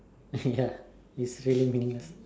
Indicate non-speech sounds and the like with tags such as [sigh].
[laughs] ya is really meaningless